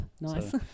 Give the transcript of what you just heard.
nice